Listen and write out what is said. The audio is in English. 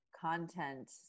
content